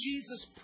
Jesus